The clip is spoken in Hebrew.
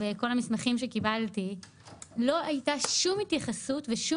מהמסמכים שקיבלתי עולה שלא הייתה כל התייחסות וכל